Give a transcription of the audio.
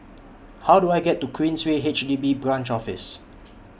How Do I get to Queensway H D B Branch Office